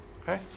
Okay